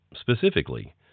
specifically